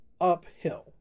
uphill